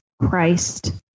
Christ